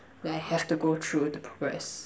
like I have to go through to progress